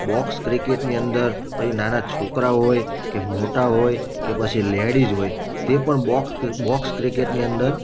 box ક્રિકેટની અંદર એ નાના છોકરાઓ હોય કે મોટા હોય કે પછી લેડિઝ હોય તે પણ બોક્સ ક્રિકેટની અંદર